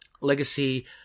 legacy